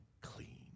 clean